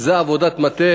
זה עבודת מטה,